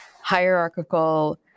hierarchical